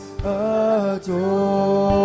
adore